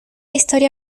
historia